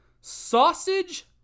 Sausage